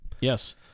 Yes